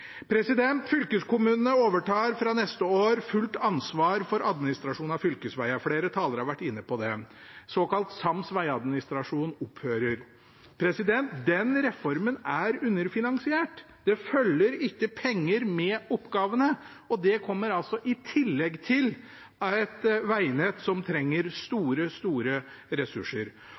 Fylkeskommunene overtar fra neste år fullt ansvar for administrasjonen av fylkesvegene. Flere talere har vært inne på det. Såkalt sams vegadministrasjon opphører. Den reformen er underfinansiert. Det følger ikke penger med oppgavene, og det kommer altså i tillegg til et vegnett som trenger store, store ressurser.